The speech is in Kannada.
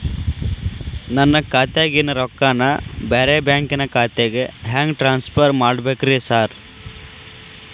ನನ್ನ ಖಾತ್ಯಾಗಿನ ರೊಕ್ಕಾನ ಬ್ಯಾರೆ ಬ್ಯಾಂಕಿನ ಖಾತೆಗೆ ಹೆಂಗ್ ಟ್ರಾನ್ಸ್ ಪರ್ ಮಾಡ್ಬೇಕ್ರಿ ಸಾರ್?